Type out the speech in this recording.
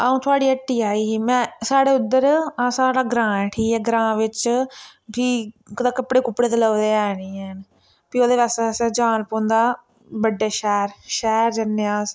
अ'ऊं थुआढ़ी हट्टी आई ही में साढ़ै उद्धर अस साढ़ा ग्रांऽ ऐ ठीक ऐ ग्रांऽ बिच्च कि कुतै कपड़े कुपड़े ते लभदे हे नेईं हैन फ्ही ओह्दे बास्तै असें जाना पौंदा बड्डे शैह्र शैह्र जन्ने अस